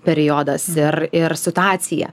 periodas ir ir situacija